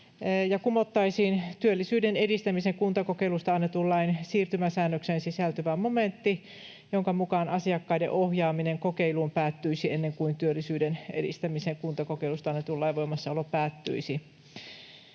kumottaisiin työllisyyden edistämisen kuntakokeilusta annetun lain siirtymäsäännökseen sisältyvä momentti, jonka mukaan asiakkaiden ohjaaminen kokeiluun päättyisi ennen kuin työllisyyden edistämisen kuntakokeilusta annetun lain voimassaolo päättyisi.